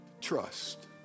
trust